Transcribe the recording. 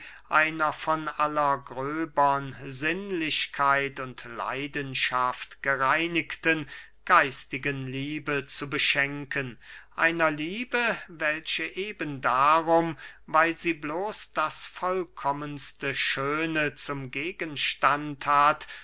einer von aller gröbern sinnlichkeit und leidenschaft gereinigten geistigen liebe zu beschenken einer liebe welche eben darum weil sie bloß das vollkommenste schöne zum gegenstand hat